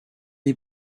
est